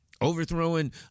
overthrowing